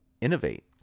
innovate